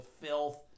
filth